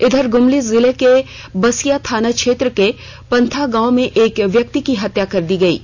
इधर गुमला जिले के बसिया थाना क्षेत्र के पंथा गांव में एक व्यक्ति की हत्या कर दी गई है